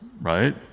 right